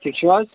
ٹھیٖک چھُو حظ